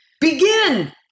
Begin